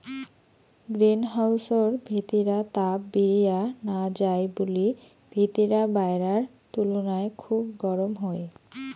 green হাউসর ভিতিরা তাপ বিরিয়া না যাই বুলি ভিতিরা বায়রার তুলুনায় খুব গরম হই